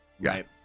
right